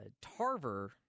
Tarver